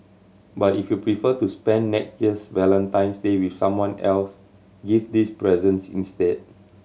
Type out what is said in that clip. but if you prefer to spend next year's Valentine's Day with someone else give these presents instead